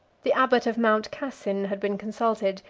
the abbot of mount cassin had been consulted,